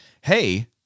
Hey